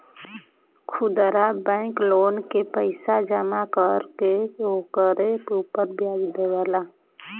खुदरा बैंक लोगन के पईसा जमा कर के ओकरे उपर व्याज देवेला